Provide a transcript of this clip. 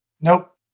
nope